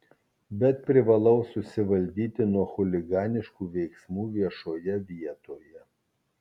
bet privalau susivaldyti nuo chuliganiškų veiksmų viešoje vietoje